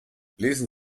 lesen